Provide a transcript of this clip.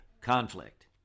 conflict